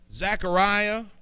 Zechariah